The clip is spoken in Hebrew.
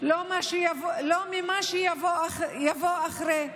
לא ממה שיבוא אחריו.